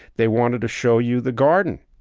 they wanted to show you the garden.